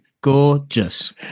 gorgeous